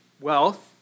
wealth